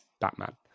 Batman